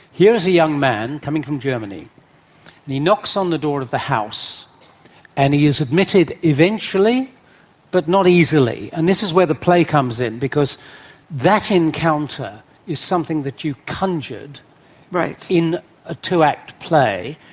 here is a young man coming from germany and he knocks on the door of the house and he is admitted eventually but not easily. and this is where the play comes in, because that encounter is something that you've conjured in a two-act play.